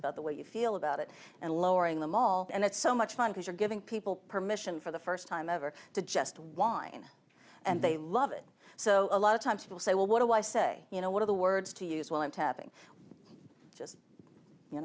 about the way you feel about it and lowering them all and it's so much fun because you're giving people permission for the first time ever to just whine and they love it so a lot of times people say well what do i say you know what are the words to use when i'm temping just you